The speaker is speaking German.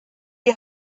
die